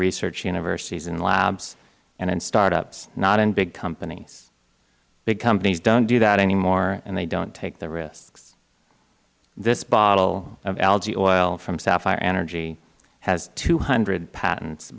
research universities and labs and in start ups not in big companies big companies don't do that anymore and they don't take the risks this bottle of algae oil from sapphire energy has two hundred patents